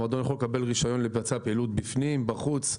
מועדון יכול לקבל רישיון לבצע פעילות בפנים, בחוץ,